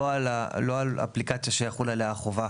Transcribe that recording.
לא על אפליקציה שתחול עליה החובה.